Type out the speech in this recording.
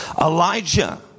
Elijah